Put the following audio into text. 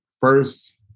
first